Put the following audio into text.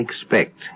expect